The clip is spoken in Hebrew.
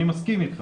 אני מסכים איתך.